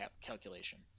calculation